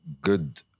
good